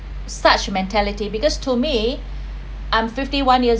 such mentality because to me I'm fifty one years